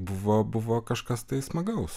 buvo buvo kažkas smagaus